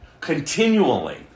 continually